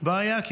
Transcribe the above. בעיה לו.